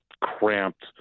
cramped